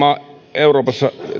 euroopassa